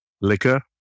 liquor